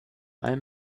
alm